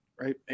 right